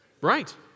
Right